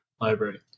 library